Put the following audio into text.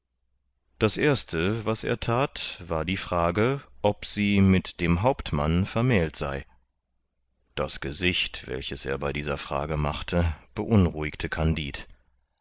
das erste was er that war die frage ob sie mit dem hauptmann vermählt sei das gesicht welches er bei dieser frage machte beunruhigte kandid